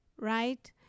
Right